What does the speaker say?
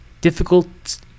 difficult